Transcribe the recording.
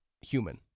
human